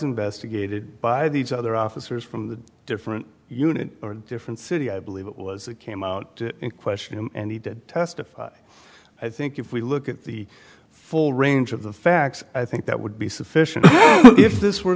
investigated by these other officers from the different unit or different city i believe it was that came out in question and he did testify i think if we look at the full range of the facts i think that would be sufficient if this were